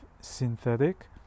synthetic